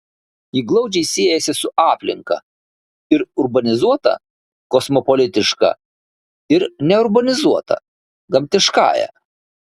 ji glaudžiai siejasi su aplinka ir urbanizuota kosmopolitiška ir neurbanizuota gamtiškąja